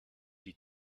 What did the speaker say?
die